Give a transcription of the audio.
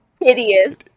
hideous